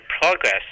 progress